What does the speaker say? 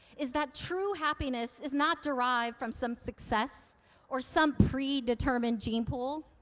is that true happiness is not derived from some success or some predetermined gene pool,